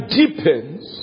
deepens